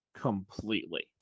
completely